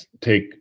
take